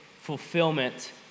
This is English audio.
fulfillment